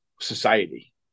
society